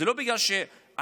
זה לא בגלל שאנחנו,